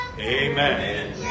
Amen